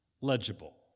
Legible